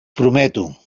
prometo